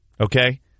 Okay